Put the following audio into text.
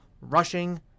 rushing